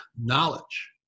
knowledge